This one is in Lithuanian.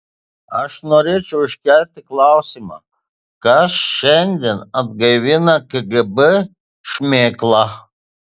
aš norėčiau iškelti klausimą kas šiandien atgaivina kgb šmėklą